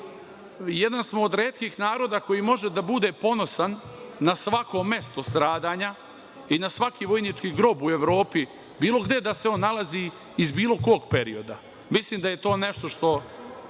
jedan smo od retkih naroda koji može da bude ponosan na svako mesto stradanja i na svaki vojnički grob u Evropi, bilo gde da se on nalazi, iz bilo kog perioda. Mislim da je to nešto što